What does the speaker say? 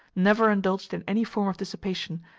never indulged in any form of dissipation,